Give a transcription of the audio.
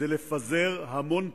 לפזר המון פרוע,